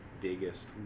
biggest